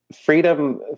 freedom